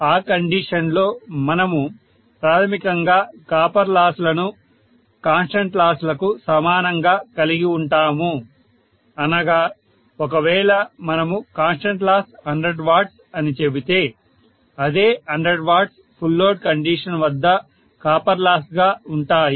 ఆ కండీషన్ లో మనము ప్రాథమికంగా కాపర్ లాస్ లను కాన్స్టెంట్ లాస్ లకు సమానంగా కలిగి ఉంటాము అనగా ఒకవేళ మనము కాన్స్టెంట్ లాస్ 100 వాట్స్ అని చెబితే అదే 100 వాట్స్ ఫుల్ లోడ్ కండీషన్ వద్ద కాపర్ లాస్ గా ఉంటాయి